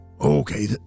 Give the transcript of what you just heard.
Okay